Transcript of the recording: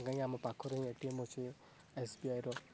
କାଇଁକି ଆମ ପାଖରେ ଏ ଟି ଏମ ଅଛି ଏସବିଆଇର